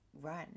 run